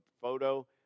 photo